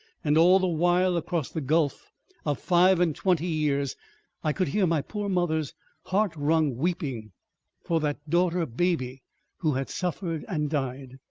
and all the while across the gulf of five and twenty years i could hear my poor mother's heart-wrung weeping for that daughter baby who had suffered and died.